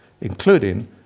including